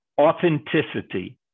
authenticity